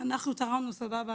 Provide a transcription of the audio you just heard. אנחנו תרמנו סבבה,